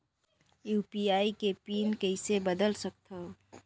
UPI के PIN कइसे बदल सकथव?